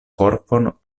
korpon